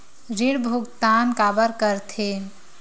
ऋण भुक्तान काबर कर थे?